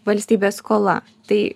valstybės skola tai